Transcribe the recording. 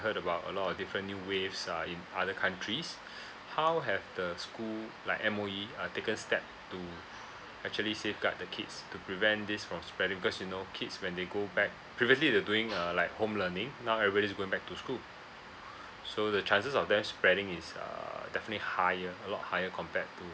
heard about a lot of different new waves uh in other countries how have the school like M_O_E uh taken step to actually safeguard the kids to prevent this from spreading because you know kids when they go back previously they were doing uh like home learning now everybody's going back to school so the chances of them spreading is err definitely higher a lot higher compared to